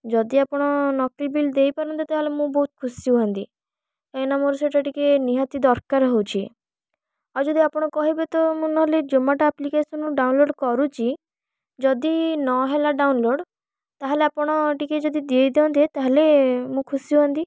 ଯଦି ଆପଣ ନକଲି ବିଲ୍ ଦେଇପାରନ୍ତେ ତା'ହେଲେ ମୁଁ ବହୁତ ଖୁସି ହୁଅନ୍ତି କାହିଁକି ନା ମୋର ସେଇଟା ଟିକେ ନିହାତି ଦରକାର ହେଉଛି ଆଉ ଯଦି ଆପଣ କହିବେ ତ ମୁଁ ନହେଲେ ଜୋମାଟୋ ଆପ୍ଲିକେସନରୁ ଡାଉନଲୋଡ଼୍ କରୁଛି ଯଦି ନହେଲା ଡାଉନଲୋଡ଼୍ ତା'ହେଲେ ଆପଣ ଟିକେ ଯଦି ଦେଇଦିଅନ୍ତେ ତା'ହେଲେ ମୁଁ ଖୁସି ହୁଅନ୍ତି